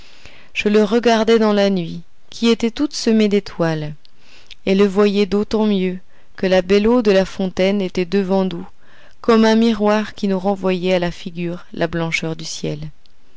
je le regardais dans la nuit qui était toute semée d'étoiles et le voyais d'autant mieux que la belle eau de la fontaine était devant nous comme un miroir qui nous renvoyait à la figure la blancheur du ciel